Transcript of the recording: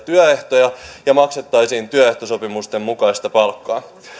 työehtoja ja maksettaisiin työehtosopimusten mukaista palkkaa